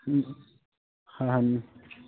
হয় হয়